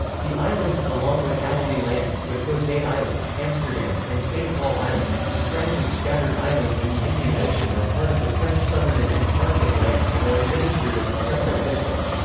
the islands, along along with adelie land, the crozet islands, amsterdam, and saint paul islands, and france's scattered islands in the indian ocean are part of the french southern and antarctic lands and are administered as a separate district.